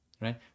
right